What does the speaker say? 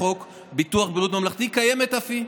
לחוק ביטוח בריאות ממלכתי קיימת אף היא.